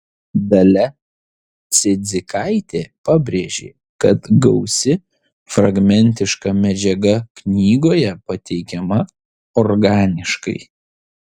dalia cidzikaitė pabrėžė kad gausi fragmentiška medžiaga knygoje pateikiama organiškai